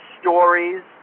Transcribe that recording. stories